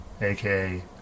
aka